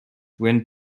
went